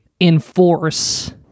enforce